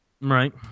Right